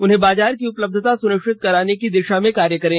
उन्हें बाजार की उपलब्धता सुनिश्चित कराने की दिशा में कार्य करें